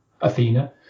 Athena